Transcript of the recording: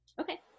Okay